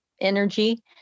energy